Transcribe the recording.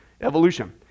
evolution